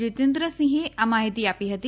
જિતેન્દ્રસિંહે આ માહિતી આપી હતી